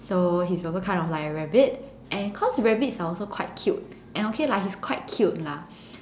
so he's also kind of like a rabbit and cause rabbits are also quite cute and okay lah he is quite cute lah